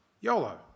YOLO